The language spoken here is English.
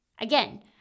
Again